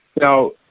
Now